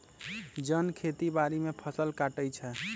जन खेती बाड़ी में फ़सल काटइ छै